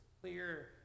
clear